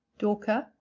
dawker.